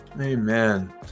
amen